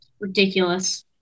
Ridiculous